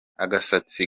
agasatsi